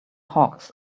hawks